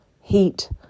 Heat